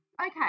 okay